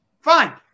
fine